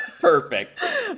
perfect